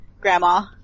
grandma